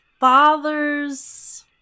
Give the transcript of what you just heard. father's